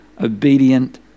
obedient